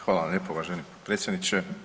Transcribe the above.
Hvala vam lijepo uvaženi potpredsjedniče.